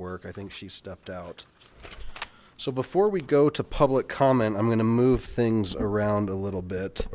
work i think she stepped out so before we go to public comment i'm gonna move things around a little bit